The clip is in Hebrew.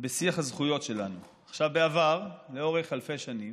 בשיח הזכויות שלנו: בעבר, לאורך אלפי שנים,